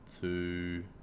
two